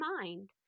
mind